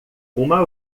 uma